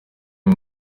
uyu